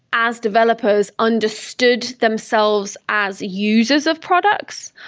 as developers, understood themselves as users of products.